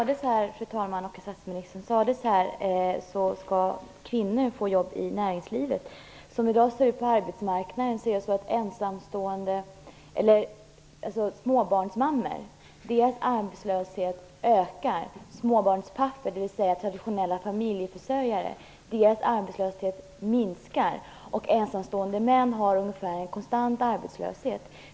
Fru talman! Statsministern! Det sades här att kvinnor skall få jobb i näringslivet. Som det i dag ser ut på arbetsmarknaden ökar småbarnsmammornas arbetslöshet. Småbarnspappornas, de traditionella familjeförsörjarnas arbetslöshet minskar. Ensamstående män har en ungefär konstant arbetslöshet.